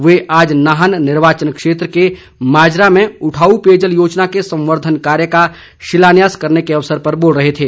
वे आज नाहन निर्वाचन क्षेत्र के माजरा में उठाऊ पेयजल योजना के संवर्धन कार्य का शिलान्यास करने के अवसर पर बोल रहे थे